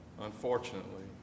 unfortunately